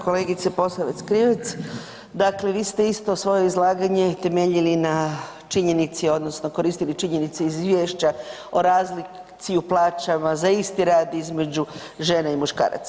Kolegice Posavec Krivec, dakle vi ste isto svoje izlaganje temeljili na činjenici odnosno koristili činjenice iz izvješća o razlici u plaćama za isti rad između žena i muškaraca.